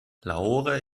lahore